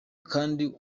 kandi